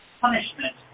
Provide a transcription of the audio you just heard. Punishment